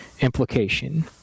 implication